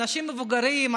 אנשים מבוגרים,